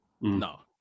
No